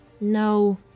No